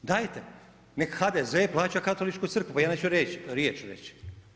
Dajte, nek HDZ plaća Katoličku crkvu, ja neću riječ reći.